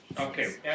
Okay